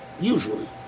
usually